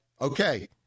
okay